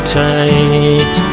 tight